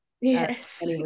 Yes